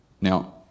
Now